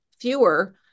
fewer